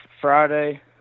Friday